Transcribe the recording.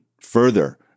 further